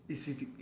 it's fifty